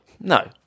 No